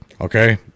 okay